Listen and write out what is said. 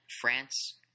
France